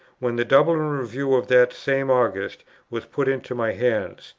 when the dublin review of that same august was put into my hands,